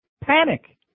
Panic